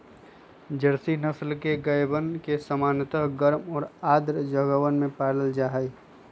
Jersey नस्ल के गायवन के सामान्यतः गर्म और आर्द्र जगहवन में पाल्ल जाहई